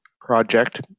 project